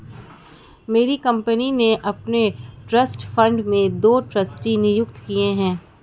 मेरी कंपनी ने अपने ट्रस्ट फण्ड में दो ट्रस्टी नियुक्त किये है